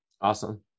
Awesome